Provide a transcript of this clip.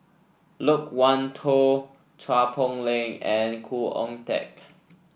Loke Wan Tho Chua Poh Leng and Khoo Oon Teik